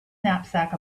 knapsack